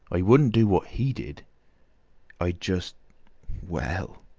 ah wouldn't do what he did i'd just well!